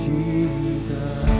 Jesus